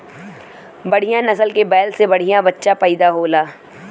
बढ़िया नसल के बैल से बढ़िया बच्चा पइदा होला